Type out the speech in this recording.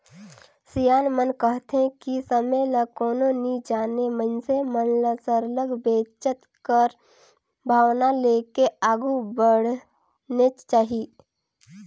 सियान मन कहथें कि समे ल कोनो नी जानें मइनसे मन ल सरलग बचेत कर भावना लेके आघु बढ़नेच चाही